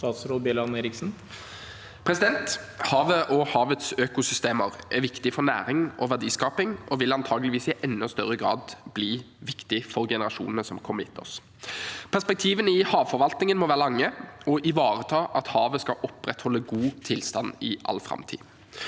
Statsråd Andreas Bjelland Eriksen Havet og havets økosystemer er viktig for næring og verdiskaping og vil antageligvis i enda større grad bli viktig for generasjonene som kommer etter oss. Perspektivene i havforvaltningen må være lange og ivareta at havet skal opprettholde god tilstand i all framtid.